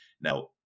now